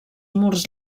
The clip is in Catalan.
murs